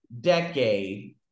decade